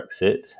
Brexit